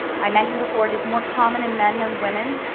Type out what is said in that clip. i mentioned before it is more common in men than women,